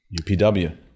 UPW